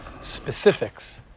specifics